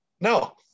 No